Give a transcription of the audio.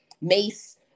mace